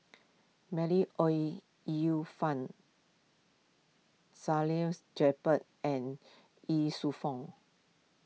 Ooi Yu Fen Salleh Japar and Ye Shufang